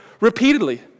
repeatedly